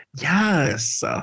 Yes